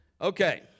okay